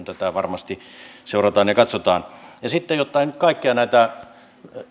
kun tätä varmasti seurataan ja katsotaan ja sitten jotta ei nyt kaikkia näitä